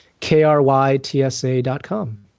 krytsa.com